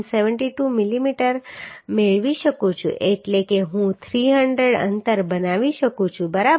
72 millimetre મેળવી શકું છું એટલે કે હું 300 અંતર બનાવી શકું છું બરાબર